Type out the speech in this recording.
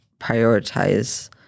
prioritize